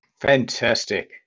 Fantastic